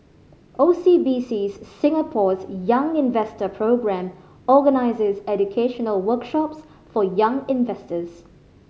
O C B C Singapore's Young Investor Programme organizes educational workshops for young investors